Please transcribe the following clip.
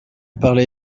parlait